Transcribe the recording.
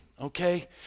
okay